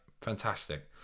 Fantastic